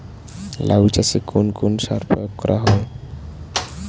লাউ চাষে কোন কোন সার প্রয়োগ করা হয়?